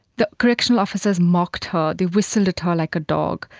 the correctional officers mocked her, they whistled at her like a dog,